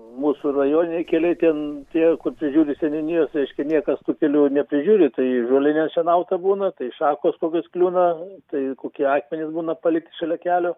mūsų rajoniniai keliai ten tie kur prižiūri seniūnijos reiškia niekas tų kelių neprižiūri tai žolė nešienauta būna tai šakos kokios kliūna tai kokie akmenys būna palikti šalia kelio